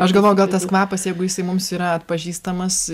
aš galvoju gal tas kvapas jeigu jisai mums yra atpažįstamas